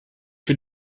für